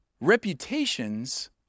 reputations